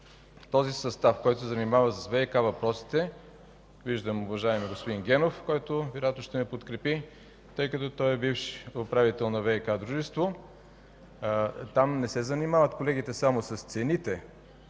този състав, който се занимава с ВиК въпросите – виждам уважаемия господин Генов, който вероятно ще ме подкрепи, тъй като е бивш управител на ВиК дружество, не се занимава само с цените